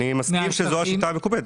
--- אני מסכים שזו השיטה המקובלת.